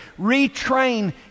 Retrain